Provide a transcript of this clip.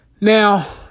Now